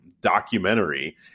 documentary